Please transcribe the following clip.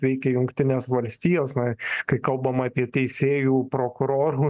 veikia jungtinės valstijos na kai kalbama apie teisėjų prokurorų